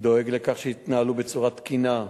ודואג לכך שיתנהלו בצורה תקינה,